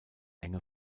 enge